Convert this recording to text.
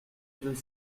deux